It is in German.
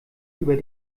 über